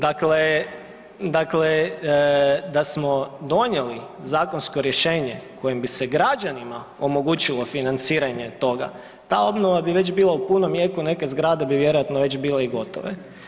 Dakle, dakle da smo donijeli zakonsko rješenje kojim bi se građanima omogućilo financiranje toga, ta obnova bi već bila u punom jeku, neke zgrade bi vjerojatno već bile i gotove.